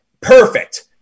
perfect